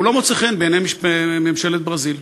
והוא לא מוצא חן בעיני ממשלת ברזיל.